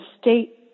state